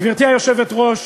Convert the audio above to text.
גברתי היושבת-ראש,